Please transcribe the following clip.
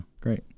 great